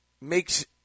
makes